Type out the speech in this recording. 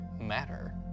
matter